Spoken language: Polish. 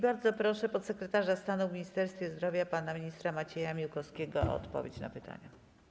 Bardzo proszę podsekretarza stanu w Ministerstwie Zdrowia pana ministra Macieja Miłkowskiego o odpowiedź na pytania.